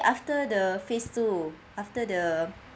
after the phase two after the